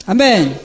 Amen